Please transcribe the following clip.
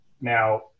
Now